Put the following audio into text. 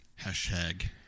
hashtag